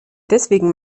deswegen